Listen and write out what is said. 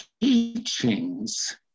teachings